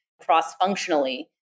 cross-functionally